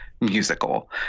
musical